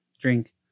drink